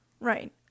Right